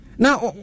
now